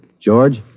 George